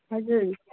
हजुर